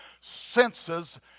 senses